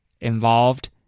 involved